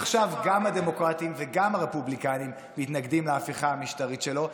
עכשיו גם הדמוקרטים וגם הרפובליקנים מתנגדים להפיכה המשטרית שלו.